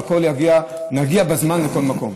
ונגיע בזמן לכל מקום.